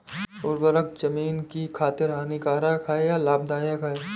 उर्वरक ज़मीन की खातिर हानिकारक है या लाभदायक है?